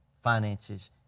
finances